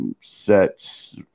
sets